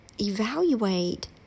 evaluate